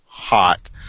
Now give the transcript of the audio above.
hot